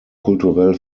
kulturell